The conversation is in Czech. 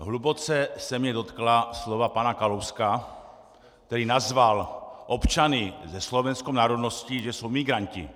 Hluboce se mě dotkla slova pana Kalouska, který nazval občany se slovenskou národností, že jsou migranti.